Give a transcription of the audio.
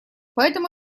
поэтому